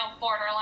borderline